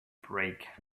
break